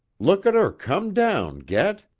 look at her come down, get!